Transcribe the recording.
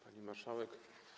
Pani Marszałek!